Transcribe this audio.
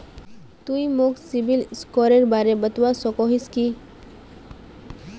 तुई मोक सिबिल स्कोरेर बारे बतवा सकोहिस कि?